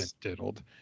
diddled